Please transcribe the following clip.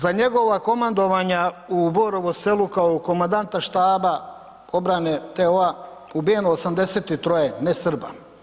Za njegova komandovanja u Borovu Selu kao komandanta štaba obrane TO-a ubijeno je 83. ne Srba.